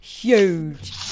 Huge